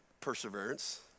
Perseverance